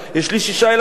יש לי שישה ילדים,